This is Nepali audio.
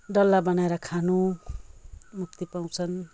डल्ला बनाएर खानु मुक्ति पाउँछन्